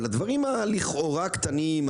אבל הדברים לכאורה הקטנים,